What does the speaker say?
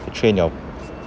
to train your